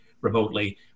remotely